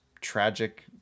tragic